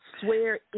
swear